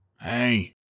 Hey